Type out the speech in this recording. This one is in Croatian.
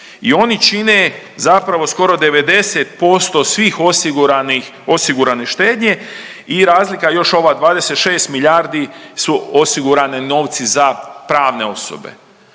i oni čine zapravo skoro 90% svih osiguranih, osigurane štednje i razlika još ova 26 milijardi su osigurani novci za pravne osobe.